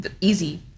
easy